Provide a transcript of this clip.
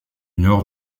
nord